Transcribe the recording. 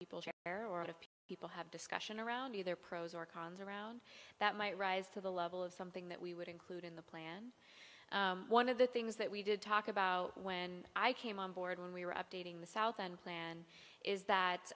people there are people have discussion around either pros or cons around that might rise to the level of something that we would include in the plan one of the things that we did talk about when i came on board when we were updating the south and plan is that